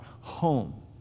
home